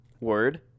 word